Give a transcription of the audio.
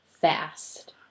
fast